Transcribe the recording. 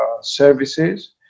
services